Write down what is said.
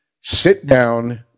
sit-down